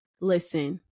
Listen